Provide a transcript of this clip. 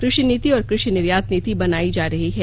कृषि नीति और कृषि निर्यात नीति बनाई जा रही है